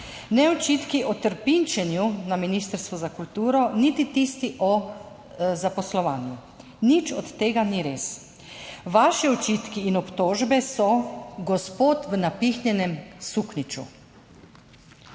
ne očitki o trpinčenju na ministrstvu za kulturo, niti tisti o zaposlovanju. Nič od tega ni res. Vaši očitki in obtožbe so gospod v napihnjenem suknjiču.